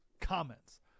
comments